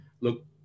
look